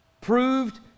proved